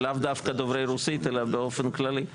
לאו דווקא דוברי רוסית אלא באופן כללי.